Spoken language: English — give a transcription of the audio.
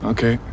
Okay